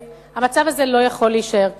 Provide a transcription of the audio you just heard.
והמצב הזה לא יכול להישאר כך.